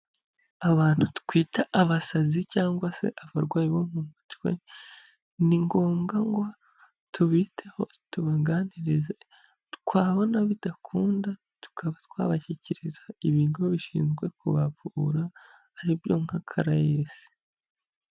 Abantu twita abasazi cyangwa se abarwayi bo mu mutwe, ni ngombwa ngo tubiteho tubaganirize, twabona bidakunda tukaba twabashyikiriza ibigo bishinzwe kubavura ari byo nka karayesi.